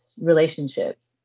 relationships